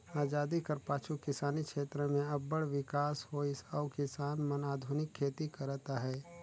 अजादी कर पाछू किसानी छेत्र में अब्बड़ बिकास होइस अउ किसान मन आधुनिक खेती करत अहें